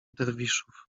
derwiszów